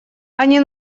они